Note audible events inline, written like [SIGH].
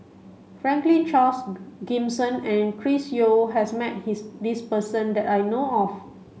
Franklin Charles [UNINTELLIGIBLE] Gimson and Chris Yeo has met his this person that I know of